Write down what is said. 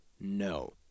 no